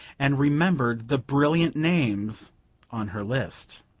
and remembered the brilliant names on her list.